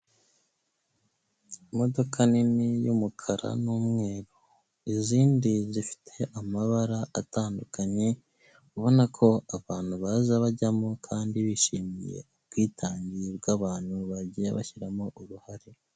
Imodoka nini y'umukara n'umweru, izindi zifite amabara atandukanye, ubona ko abantu baza bajyamo kandi bishimiye ubwitange bw'abantu bagiye bashyiramo uruhare.